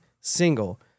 single